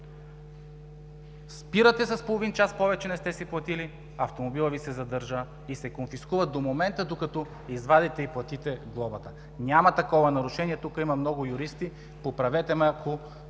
Спирате с половин час повече – не сте си платили, автомобилът Ви се задържа и се конфискува до момента, докато извадите и платите глобата. Няма такова нарушение! Тук има много юристи, поправете ме, ако